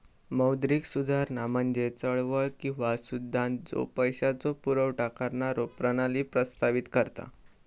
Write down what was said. मौद्रिक सुधारणा म्हणजे चळवळ किंवा सिद्धांत ज्यो पैशाचो पुरवठा करणारो प्रणाली प्रस्तावित करता